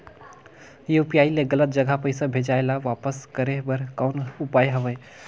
UPI ले गलत जगह पईसा भेजाय ल वापस करे बर कौन उपाय हवय?